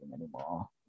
anymore